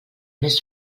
més